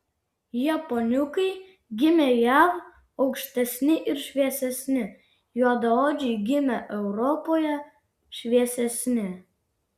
japoniukai gimę jav aukštesni ir šviesesni juodaodžiai gimę europoje šviesesni